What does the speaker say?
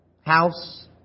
House